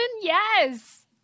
yes